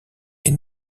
est